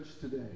today